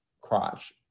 crotch